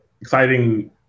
exciting